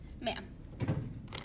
Ma'am